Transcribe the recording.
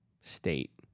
state